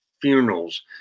funerals